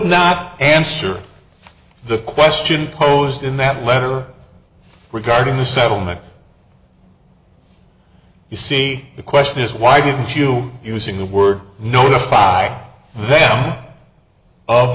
not answer the question posed in that letter regarding the settlement you see the question is why didn't you using the word notify them of